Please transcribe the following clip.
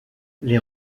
les